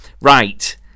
right